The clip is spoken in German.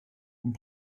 und